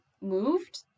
moved